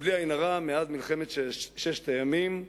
בלי עין הרע, מאז מלחמת ששת הימים,